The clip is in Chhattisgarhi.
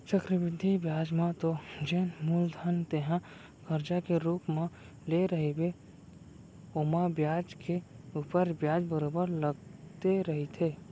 चक्रबृद्धि बियाज म तो जेन मूलधन तेंहा करजा के रुप म लेय रहिबे ओमा बियाज के ऊपर बियाज बरोबर लगते रहिथे